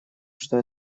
что